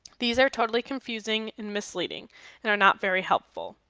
these are totally confusing and misleading and are not very helpful.